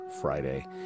friday